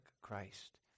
Christ